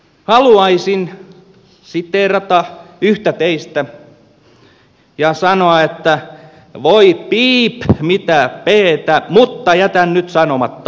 haluaisin siteerata yhtä teistä ja sanoa että voi piip mitä peetä mutta jätän nyt sanomatta